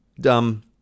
dumb